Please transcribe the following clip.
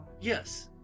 Yes